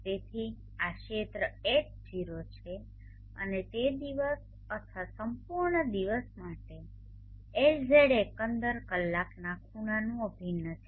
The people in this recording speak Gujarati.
તેથી આ ક્ષેત્ર H0 છે અને તે દિવસ અથવા સંપૂર્ણ દિવસ માટે LZ એકંદર કલાકના ખૂણાઓનું અભિન્ન છે